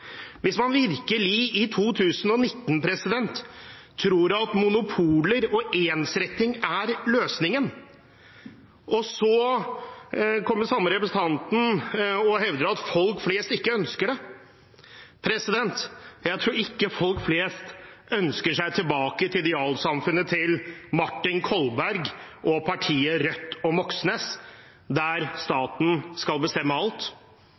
hvis man i 2019 virkelig tror at monopoler og ensretting er løsningen. Samme representant hevder at folk flest ikke ønsker det. Jeg tror ikke folk flest ønsker seg tilbake til idealsamfunnet til Martin Kolberg og partiet Rødt og Moxnes, der staten skal bestemme alt,